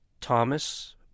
Thomas